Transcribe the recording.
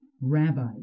Rabbi